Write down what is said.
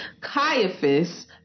Caiaphas